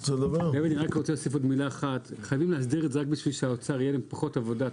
רק עוד מילה חייבים להסדיר את זה רק בשביל שלאוצר תהיה פחות עבודה.